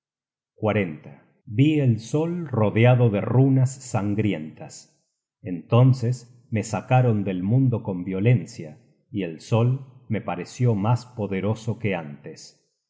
vi el sol rodeado de runas sangrientas entonces me sacaron del mundo con violencia y el sol me pareció mas poderoso que antes